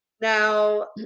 Now